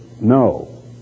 no